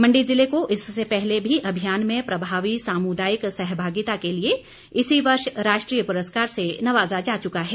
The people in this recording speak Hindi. मंडी जिले को इससे पहले भी अभियान में प्रभावी सामुदायिक सहभागिता के लिए इसी वर्ष राष्ट्रीय पुरस्कार से नवाजा जा चुका है